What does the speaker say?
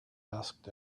asked